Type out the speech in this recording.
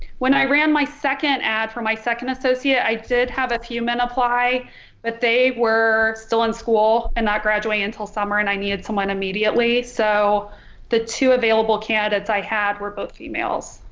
when i ran my second ad for my second associate i did have a few men apply but they were still in school and not graduate until summer and i needed someone immediately. so the two available candidates i had were both females.